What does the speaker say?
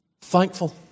thankful